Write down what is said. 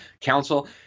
Council